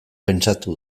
pentsatu